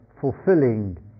fulfilling